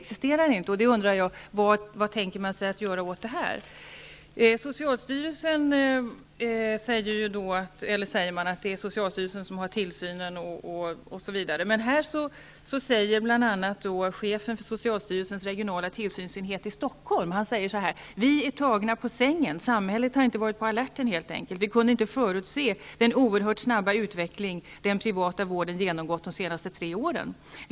Men något sådant regelsystem existerar inte i dag. Man säger att det är socialstyrelsen som har hand om tillsynen, men chefen för socialstyrelsens regionala tillsynsenhet i Stockholm säger i DN artikeln: Vi är tagna på sängen. Samhället har inte varit på allerten helt enkelt. Vi kunde inte förutse den oerhört snabba utveckling den privata vården genomgått de senaste tre åren.